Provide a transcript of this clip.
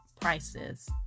prices